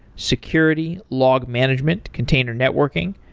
security, log management, container networking,